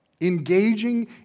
Engaging